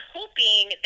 hoping